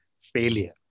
failure